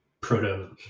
proto